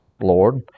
Lord